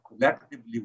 collectively